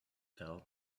held